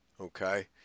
Okay